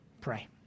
pray